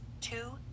two